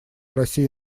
россии